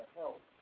help